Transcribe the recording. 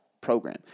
program